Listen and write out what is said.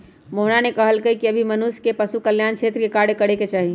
मोहना ने कहल कई की सभी मनुष्य के पशु कल्याण के क्षेत्र में कार्य करे के चाहि